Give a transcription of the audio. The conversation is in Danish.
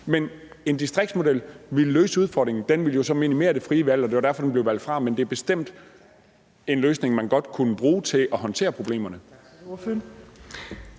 Men en distriktsmodel ville løse udfordringen, og den ville så minimere det frie valg; det var derfor, den blev valgt fra, men det er bestemt en løsning, man godt kunne bruge til at håndtere problemerne.